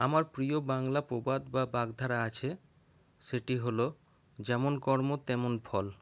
আমার প্রিয় বাংলা প্রবাদ বা বাগধারা আছে সেটি হল যেমন কর্ম তেমন ফল